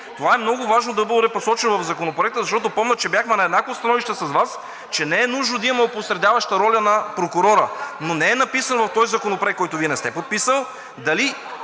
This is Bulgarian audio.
Това е много важно да бъде посочено в Законопроекта, защото помня, че бяхме на еднакво становище с Вас, че не е нужно да има опосредяваща роля на прокурора. Не е написано в този законопроект, който Вие не сте подписал, дали